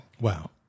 Wow